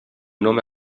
nome